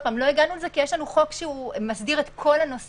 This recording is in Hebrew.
לא הגענו לזה כי יש לנו חוק שמסדיר את כל הנושא